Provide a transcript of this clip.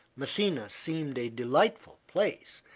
messina seemed a delightful place,